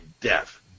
death